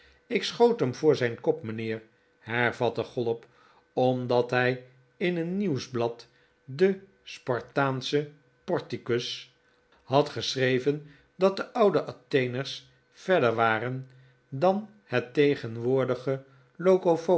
ik schoot hem voor zijn kop mijnheer hervatte chollop omdat hij in een nieuwsblad de spartaansche porticus had geschreven dat de oude atheners verder waren dan het tegenwoordige